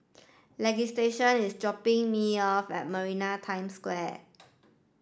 Leighton is dropping me off at Maritime Square